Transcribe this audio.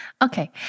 Okay